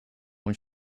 when